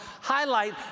highlight